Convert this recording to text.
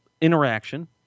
interaction